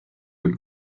kui